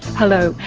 hello,